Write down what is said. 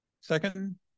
Second